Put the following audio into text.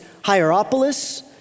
Hierapolis